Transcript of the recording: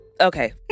Okay